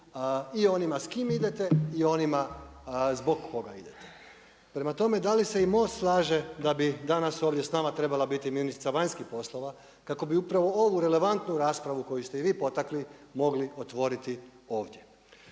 i onima s kim idete i onima zbog koga idete. Prema tome, da li se i MOST slaže da bi danas ovdje s nama trebala biti i ministrica vanjskih poslova kako bi upravo ovu relevantnu raspravu koju ste i vi potakli mogli otvoriti ovdje.